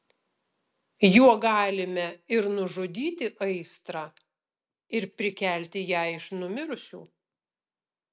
juo galime ir nužudyti aistrą ir prikelti ją iš numirusių